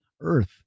earth